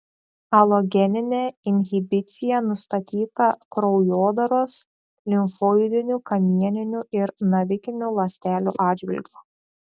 alogeninė inhibicija nustatyta kraujodaros limfoidinių kamieninių ir navikinių ląstelių atžvilgiu